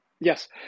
Yes